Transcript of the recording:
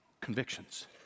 convictions